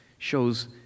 shows